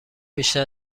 بیشتر